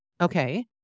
Okay